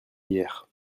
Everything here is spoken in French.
hier